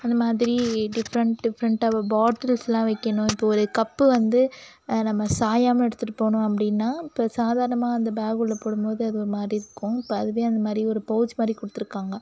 அந்த மாதிரி டிஃப்ரெண்ட் டிஃப்ரெண்ட்டாக பாட்டில்ஸெலாம் வைக்கணும் இப்போ ஒரு கப்பு வந்து நம்ம சாயமல் எடுத்துகிட்டுப் போகணும் அப்படின்னா இப்போ சாதாரணமாக அந்த பேக்குள்ளே போடும்போது அது ஒரு மாதிரி இருக்கும் இப்போ அதுவே அந்த மாதிரி ஒரு பௌச் மாதிரி குடுத்துருக்காங்க